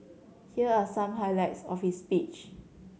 here are some highlights of his speech